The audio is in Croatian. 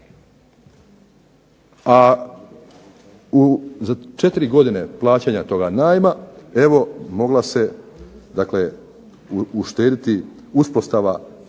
a za 4 godine plaćanja toga najma moglo se uštediti uspostava